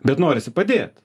bet norisi padėt